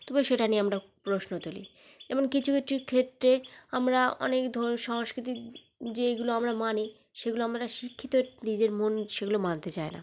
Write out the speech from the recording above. তবু সেটা নিয়ে আমরা প্রশ্ন তুলি এবন কিছু কিছু ক্ষেত্রে আমরা অনেক ধরুন সংস্কৃতির যেইগুলো আমরা মানি সেগুলো আমরা শিক্ষিতের নিজের মন সেগুলো মানতে চায় না